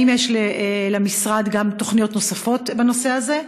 האם יש למשרד גם תוכניות נוספות בנושא הזה?